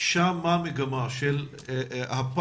מה המגמה שם?